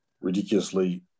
ridiculously